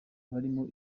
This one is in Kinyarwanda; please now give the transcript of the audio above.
barimo